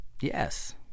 Yes